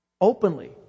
Openly